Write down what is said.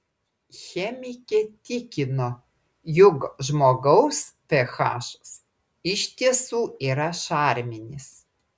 chemikė tikino jog žmogaus ph iš tiesų yra šarminis